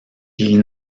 ils